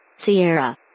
Sierra